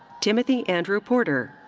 timothy andrew porter.